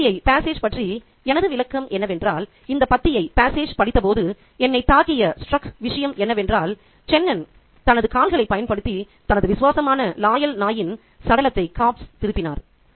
இந்த பத்தியைப் பற்றிய எனது விளக்கம் என்னவென்றால் இந்த பத்தியைப் படித்தபோது என்னைத் தாக்கிய விஷயம் என்னவென்றால் சென்னன் தனது கால்களைப் பயன்படுத்தி தனது விசுவாசமான நாயின் சடலத்தைத் திருப்பினார்